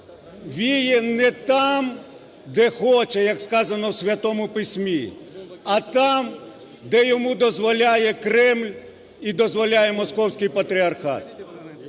віє не там, де хоче, як сказано в Святому Письмі, а там, де йому дозволяє Кремль і дозволяє Московський Патріархат.